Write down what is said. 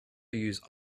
use